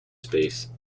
space